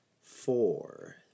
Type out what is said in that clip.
Four